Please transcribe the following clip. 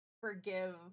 forgive